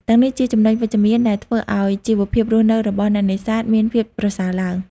ទាំងនេះជាចំណុចវិជ្ជមានដែលធ្វើឱ្យជីវភាពរស់នៅរបស់អ្នកនេសាទមានភាពប្រសើរឡើង។